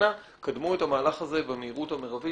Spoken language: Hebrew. אנא קדמו את המהלך הזה במהירות המרבית,